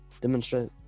demonstrate